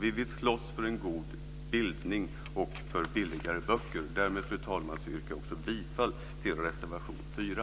Vi vill slåss för en god bildning och för billigare böcker. Därmed, fru talman, yrkar jag också bifall till reservation 4.